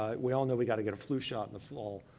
ah we all know we got to get a flu shot in the fall.